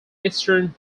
eastern